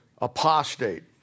apostate